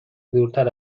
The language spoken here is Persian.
دورتر